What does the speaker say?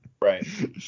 right